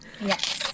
Yes